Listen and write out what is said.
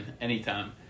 anytime